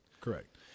Correct